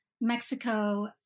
Mexico